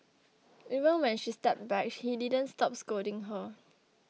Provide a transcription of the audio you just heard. even when she stepped back he didn't stop scolding her